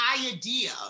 idea